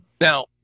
Now